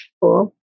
Cool